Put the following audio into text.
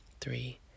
three